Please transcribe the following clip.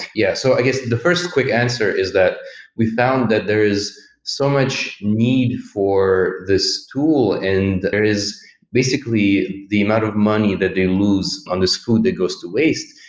yeah. so, i guess the first quick answer is that we found that there is so much need for this tool and there is basically the amount of money that they lose on this food that goes to waste.